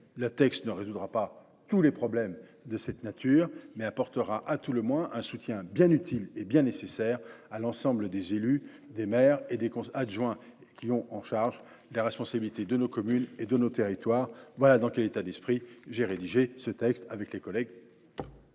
Ce texte ne résoudra pas tous les problèmes de cette nature, mais il apportera à tout le moins un soutien bien utile et bien nécessaire à l’ensemble des élus, des maires et des adjoints, qui ont en charge la responsabilité de nos communes et de nos territoires. Voilà dans quel état d’esprit j’ai rédigé ce texte avec mes collègues